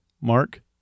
mark